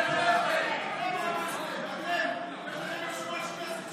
אנחנו הדמוקרטיה